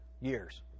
years